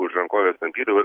už rankovės tampydavo